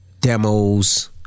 demos